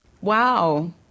Wow